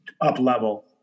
up-level